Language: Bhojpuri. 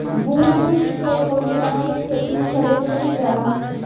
बूंद बूंद सिंचाई कवने तरह के खेती में प्रयोग कइलजाला?